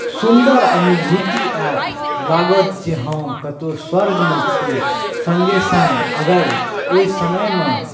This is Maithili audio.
सुन्दर अनुभूति आएत लागत जे हम कतहु स्वर्गमे छी सङ्गे सङ्ग अगर ओहि समयमे